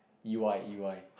you are E_Y